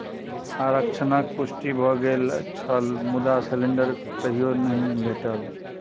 आरक्षणक पुष्टि भऽ गेल छल मुदा सिलेंडर कहियो नहि भेटल